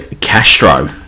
castro